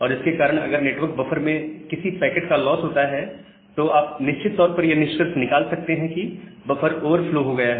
और इसके कारण अगर नेटवर्क बफर से किसी पैकेट का लॉस होता है तो आप निश्चित तौर पर यह निष्कर्ष निकाल सकते हैं कि बफर ओवरफ्लो हो गया है